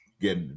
get